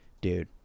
dude